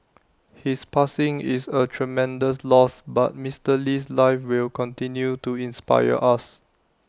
his passing is A tremendous loss but Mister Lee's life will continue to inspire us